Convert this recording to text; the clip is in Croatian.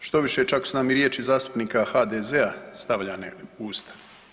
Štoviše čak su nam i riječi zastupnika HDZ-a stavljane u usta.